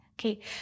Okay